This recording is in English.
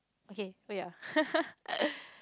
okay wait uh